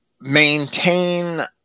maintain